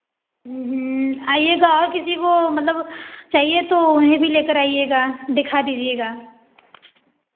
आईएगा और किसी को मतलब चाहिए तो उन्हें भी लेकर आईएगा दिखा दीजिएगा